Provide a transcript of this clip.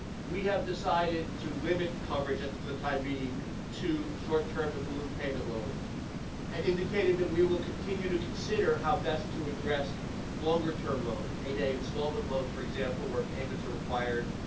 we have decided to limit coverage, for the time being, to short-term and balloon payment loans and indicated that we will continue to consider how best to address longer-term loans, payday installment loans, for example, where payments are required,